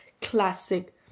classic